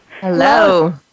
Hello